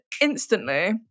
instantly